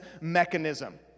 mechanism